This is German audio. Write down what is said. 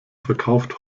verkauft